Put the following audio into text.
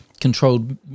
controlled